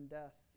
death